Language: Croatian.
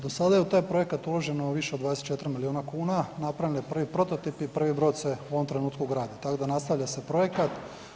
Do sada je u taj projekt uloženo više od 24 milijuna kuna, napravljen je prvi prototip i prvi brod se u ovom trenutku gradi, tako da nastavlja se projekat.